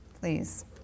Please